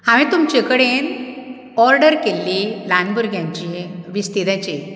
हांवें तुमचे कडेन ऑर्डर केल्ली ल्हान भुरग्यांची विस्तिदाची